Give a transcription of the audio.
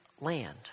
land